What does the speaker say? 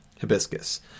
hibiscus